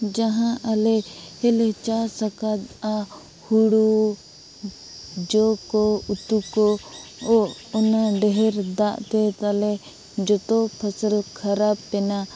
ᱡᱟᱦᱟᱸ ᱟᱞᱮ ᱠᱚᱞᱮ ᱪᱟᱥ ᱟᱠᱟᱫᱟ ᱦᱩᱲᱩ ᱡᱚ ᱠᱚ ᱩᱛᱩ ᱠᱚ ᱚᱱᱟ ᱰᱷᱮᱨ ᱫᱟᱜ ᱛᱮ ᱛᱟᱞᱮ ᱡᱚᱛᱚ ᱯᱷᱚᱥᱚᱞ ᱠᱷᱟᱨᱟᱯᱮᱱᱟ